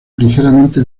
ligeramente